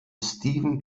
stephen